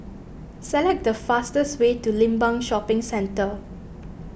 select the fastest way to Limbang Shopping Centre